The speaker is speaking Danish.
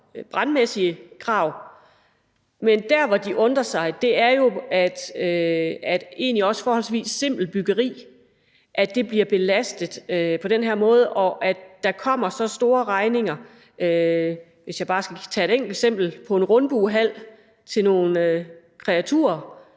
et supersygehus, men der, hvor de undrer sig, er jo, at også forholdsvis simpelt byggeri bliver belastet på den her måde, og at der kommer så store regninger – jeg kan som et eksempel nævne en rundbuehal til nogle kreaturer